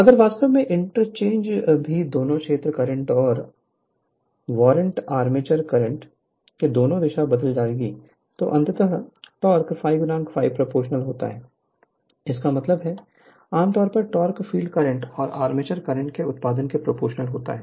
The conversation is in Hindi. अगर वास्तव में इंटरचेंज भी दोनों क्षेत्र करंट और वारंट आर्मेचर करंट की दोनों दिशा बदल जाएगी तो अंततः टोक़ ∅∅ प्रोपोर्शनल होता है इसका मतलब है आम तौर पर टॉर्क फील्ड करंट और आर्मेचर करंट के उत्पाद के प्रोपोर्शनल होता है